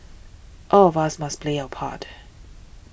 all of us must play our part